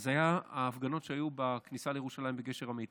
אז ההפגנות שהיו בכניסה לירושלים, בגשר המיתרים,